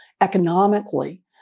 economically